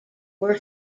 were